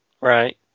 Right